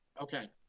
Okay